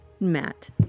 Matt